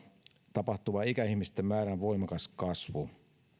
tapahtuva ikäihmisten määrän voimakas kasvu